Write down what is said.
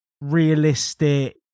realistic